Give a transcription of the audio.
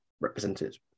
represented